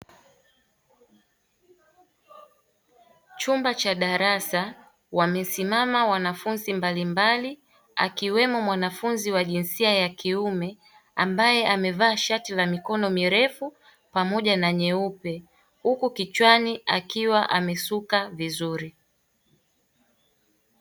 Chumba cha darasa wamesimama wanafunzi mbalimbali akiwemo mwanafunzi wa jinsia ya kiume, ambae amevaa shati la mikono mirefu pamoja na nyeupe huku kichwani akiwa amesuka vizuri.